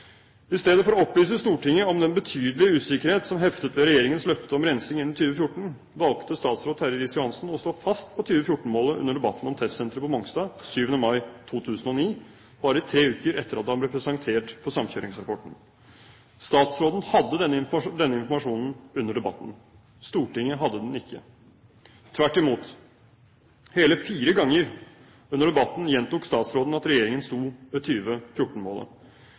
I stedet for å opplyse Stortinget om den betydelige usikkerhet som heftet ved regjeringens løfte om rensing innen 2014, valgte statsråd Terje Riis-Johansen å stå fast på 2014-målet under debatten om testsenteret på Mongstad den 7. mai 2009, bare tre uker etter at han ble presentert for samkjøringsrapporten. Statsråden hadde denne informasjonen under debatten. Stortinget hadde den ikke – tvert imot. Hele fire ganger under debatten gjentok statsråden at regjeringen sto ved